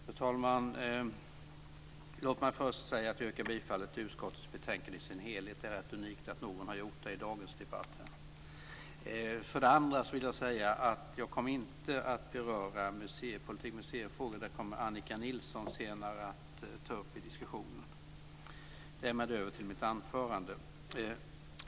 Fru talman! För det första vill jag yrka bifall till utskottets förslag i dess helhet. Det är rätt unikt att någon gör det i dagens debatt. För det andra vill jag säga att jag inte kommer att beröra museifrågorna. Dem kommer Annika Nilsson senare att ta upp till diskussion.